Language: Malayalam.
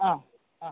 ആ ആ